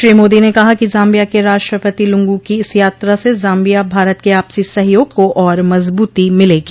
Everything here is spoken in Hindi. श्री मोदी ने कहा कि जाम्बिया के राष्ट्रपति लुंगू की इस यात्रा से जाम्बिया भारत के आपसी सहयोग को और मजबूती मिलेगी